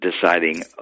deciding